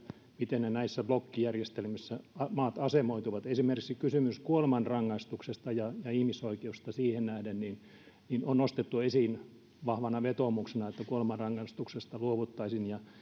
miten ne maat näissä blokkijärjestelmissä asemoituvat esimerkiksi kysymys kuolemanrangaistuksesta ja ja ihmisoikeudesta siihen nähden on nostettu esiin vahvana vetoomuksena että kuolemanrangaistuksesta luovuttaisiin ja